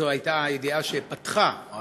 זו הייתה הידיעה שפתחה,